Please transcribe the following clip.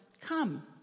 come